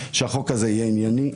שהחוק הזה יהיה ענייני.